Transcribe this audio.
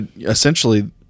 essentially –